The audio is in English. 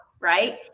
Right